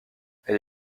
elle